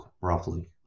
Roughly